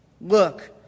look